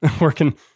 working